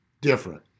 different